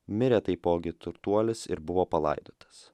mirė taipogi turtuolis ir buvo palaidotas